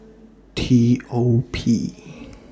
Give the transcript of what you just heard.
T O P